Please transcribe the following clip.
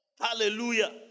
Hallelujah